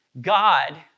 God